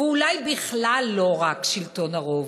ואולי בכלל לא רק שלטון הרוב.